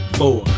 four